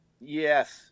Yes